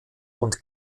und